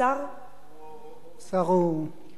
השר, הוא תיכף ישוב.